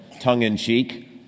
tongue-in-cheek